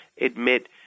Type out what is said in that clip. admit